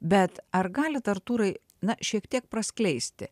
bet ar galit artūrai na šiek tiek praskleisti